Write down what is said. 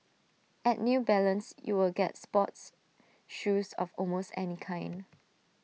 at new balance you will get sports shoes of almost any kind